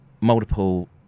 multiple